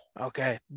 Okay